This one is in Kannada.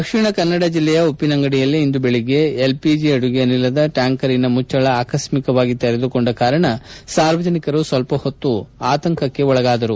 ದಕ್ಷಿಣ ಕನ್ನಡ ಜಿಲ್ಲೆಯ ಉಪ್ಪಿನಂಗಡಿಯಲ್ಲಿ ಇಂದು ಬೆಳಗ್ಗೆ ಎಲ್ಪಿಜಿ ಅಡುಗೆ ಅನಿಲದ ಟ್ಯಾಂಕರಿನ ಮುಚ್ಚಳ ಆಕಸ್ತಿಕವಾಗಿ ತೆರೆದುಕೊಂಡ ಕಾರಣ ಸಾರ್ವಜನಿಕರು ಸ್ವಲ್ಪ ಹೊತ್ತು ಆತಂಕಕ್ಕೆ ಒಳಗಾದರು